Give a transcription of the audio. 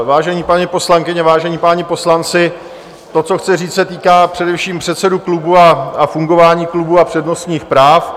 Vážené paní poslankyně, vážení páni poslanci, to, co chci říct, se týká především předsedů klubů a fungování klubů a přednostních práv.